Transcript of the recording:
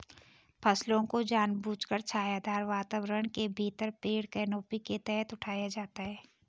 फसलों को जानबूझकर छायादार वातावरण के भीतर पेड़ कैनोपी के तहत उठाया जाता है